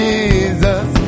Jesus